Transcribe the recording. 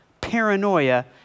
Paranoia